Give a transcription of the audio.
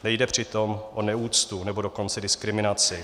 Nejde přitom o neúctu, nebo dokonce diskriminaci.